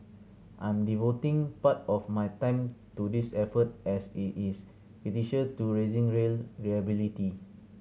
I am devoting part of my time to this effort as it is critical to raising rail reliability